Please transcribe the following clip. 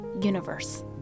universe